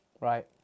Right